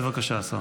בבקשה, השר.